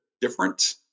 different